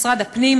משרד הפנים,